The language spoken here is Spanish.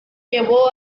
llevó